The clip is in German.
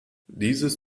dieses